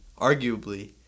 arguably